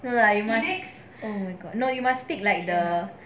no lah enough oh my god no you must speak like the